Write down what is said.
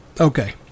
Okay